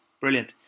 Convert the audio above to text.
brilliant